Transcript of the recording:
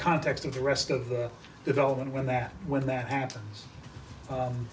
context of the rest of the development when that when that happens